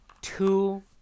two